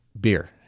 beer